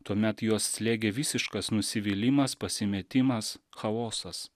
tuomet juos slėgė visiškas nusivylimas pasimetimas chaosas